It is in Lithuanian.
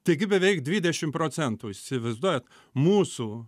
taigi beveik dvidešim procentų įsivaizduojat mūsų